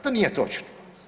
To nije točno.